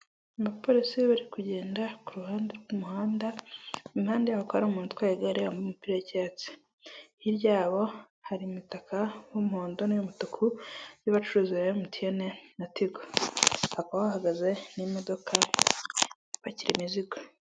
Abapolisi bari kugenda ku ruhande rw'umuhanda impande yaho hakaba hari umuntu utwaye igare wambaye umupira w'icyatsi hirya yabo hari imitaka y'umuhondo n'iy'umutuku y'abacuruza emutiyeni na tigo hakaba hahagaze n'imodoka zipakira imizigo.